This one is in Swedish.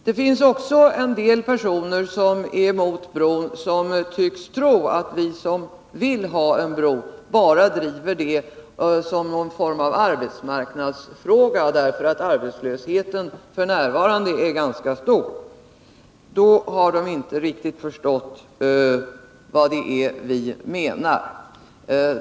Det finns också en del personer som är emot bron som tycks tro att vi som vill ha en bro bara driver detta som någon form av arbetsmarknadsfråga, därför att arbetslösheten f. n. är ganska stor. Då har de inte riktigt förstått vad vi menar.